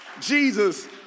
Jesus